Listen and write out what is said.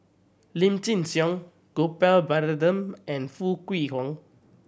Lim Chin Siong Gopal Baratham and Foo Kwee Horng